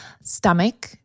stomach